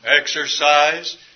Exercise